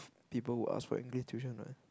people would ask for English tuition what